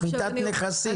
שמיטת נכסים.